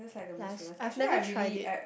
plus I've never tried it